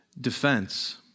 defense